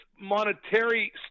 monetary